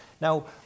Now